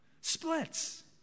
splits